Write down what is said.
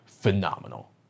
Phenomenal